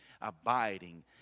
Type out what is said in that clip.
abiding